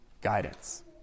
guidance